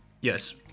Yes